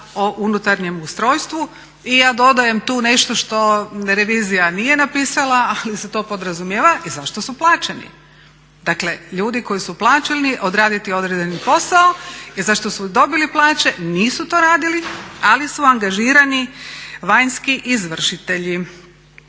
o unutarnjem ustrojstvu. Ja dodajem tu nešto što revizija nije napisala, ali se to podrazumijeva, i za što su plaćeni. Dakle, ljudi koji su plaćeni odraditi određeni posao i za što su dobili plaće nisu to radili, ali su angažirani vanjski izvršitelji.